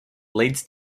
leads